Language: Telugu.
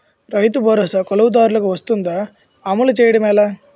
రైతు భరోసా కవులుదారులకు వర్తిస్తుందా? అమలు చేయడం ఎలా